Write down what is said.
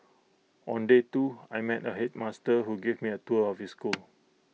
on day two I met A headmaster who gave me A tour of his school